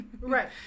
Right